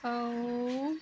ହେଉ